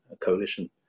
coalition